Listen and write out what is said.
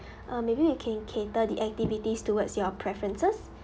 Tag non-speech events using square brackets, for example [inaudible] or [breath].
[breath] uh maybe we can cater the activities towards your preferences